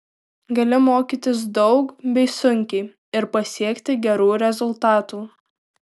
gali mokytis daug bei sunkiai ir pasiekti gerų rezultatų